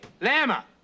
Lama